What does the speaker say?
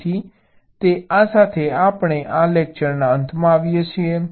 તેથી તે સાથે આપણે આ લેકચરના અંતમાં આવીએ છીએ